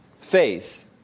faith